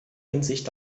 hinsicht